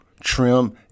trim